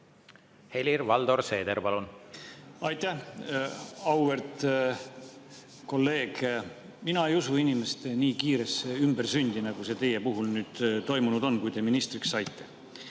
Helir-Valdor Seeder, palun!